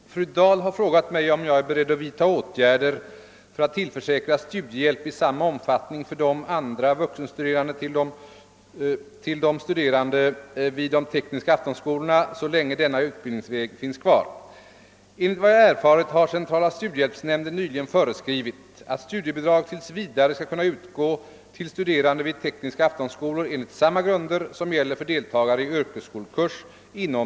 Herr talman! Fru Dahl har frågat mig, om jag är beredd att vidta åtgärder för att tillförsäkra studiehjälp i samma omfattning som för andra vuxenstuderande till de studerande vid de tekniska aftonskolorna så länge denna utbildningsväg finns kvar. Enligt vad jag erfarit har centrala studiehjälpsnämnden nyligen föreskrivit, att studiebidrag tills vidare skall kunna utgå till studerande vid tekniska aftonskolor enligt samma grunder som